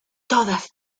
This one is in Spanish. todas